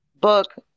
book